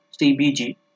CBG